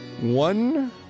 one